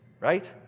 right